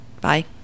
Bye